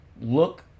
look